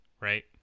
right